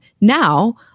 Now